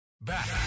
Back